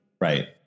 Right